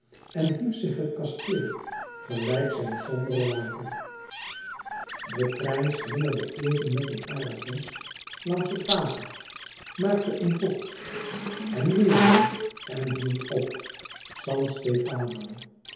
en hief zich het kasteel gelijk zijn sombere waker de trein slingerde even met een arabesk langs het water maakte een bocht en weêr een en hield op san stefano